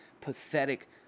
pathetic